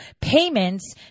payments